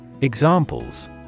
Examples